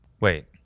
Wait